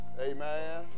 amen